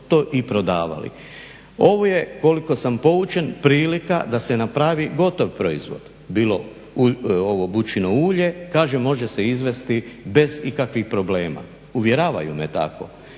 i prodavali. Ovo je koliko sam poučen prilika da se napravi gotov proizvod bilo bučino ulje, kažem može se izvesti bez ikakvih problema, uvjeravaju me tako.